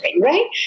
right